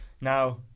Now